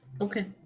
Okay